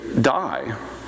die